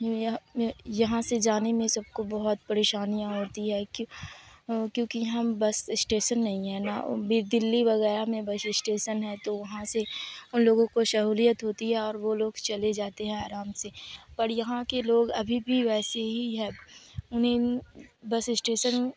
یہاں سے جانے میں سب کو بہت پریشانیاں ہوتی ہے کہ کیونکہ یہاں بس اشٹیسن نہیں ہے نہ بھی دہلی وغیرہ میں بس اشٹیسن ہے تو وہاں سے ان لوگوں کو سہولیت ہوتی ہے اور وہ لوگ چلے جاتے ہیں آرام سے پر یہاں کے لوگ ابھی بھی ویسے ہی ہے انہیں بس اشٹیسن